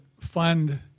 fund